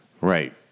Right